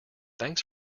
thanks